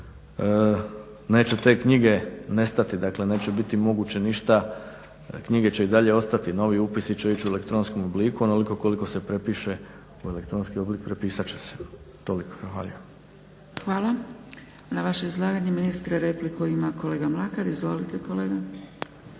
neće te knjige nestati. Dakle, neće biti moguće ništa, knjige će i dalje ostati, novi upisi će ići u elektronskom obliku. Onoliko koliko se prepiše u elektronski oblik prepisat će se. Toliko. Zahvaljujem. **Zgrebec, Dragica (SDP)** Hvala. Na vaše izlaganje ministre repliku ima kolega Mlakar. Izvolite kolega.